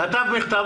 כתב מכתב,